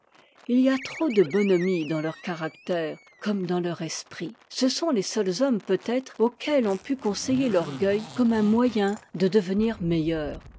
u y a trop de bonhomie dans leur caractère comme dans leur esprit ce sont les seuls hommes peutêtre auxquels on pût conseiller l'orgueil comme un moyen de devenir meilleurs